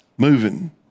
moving